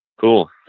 Cool